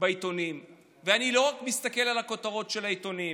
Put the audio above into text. בעיתונים ואני לא מסתכל על הכותרות של העיתונים.